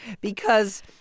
because-